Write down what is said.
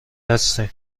هستیم